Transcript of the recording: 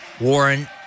Warren